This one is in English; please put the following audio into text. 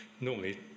normally